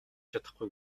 чадахгүй